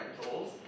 tools